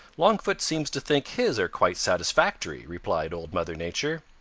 longfoot seems to think his are quite satisfactory, replied old mother nature.